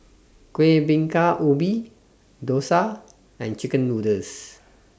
Kueh Bingka Ubi Dosa and Chicken Noodles